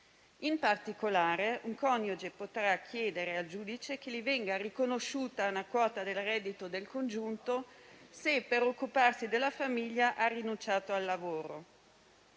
In particolare un coniuge potrà chiedere al giudice il riconoscimento di una quota del reddito del congiunto se, per occuparsi della famiglia, ha rinunciato al lavoro.